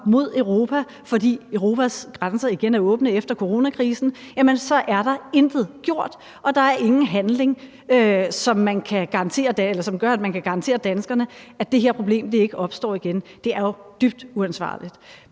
mod Europa, fordi Europas grænser igen er åbne efter coronakrisen, er der intet gjort, og der er ingen handling, som gør, at man kan garantere danskerne, at det her problem ikke opstår igen. Det er jo dybt uansvarligt.